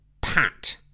Pat